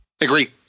Agree